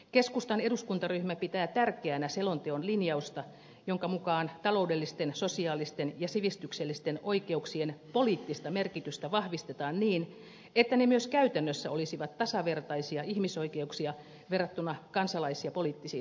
keskustan eduskuntaryhmä pitää tärkeänä selonteon linjausta jonka mukaan taloudellisten sosiaalisten ja sivistyksellisten oikeuksien poliittista merkitystä vahvistetaan niin että ne myös käytännössä olisivat tasavertaisia ihmisoikeuksia verrattuna kansalais ja poliittisiin oikeuksiin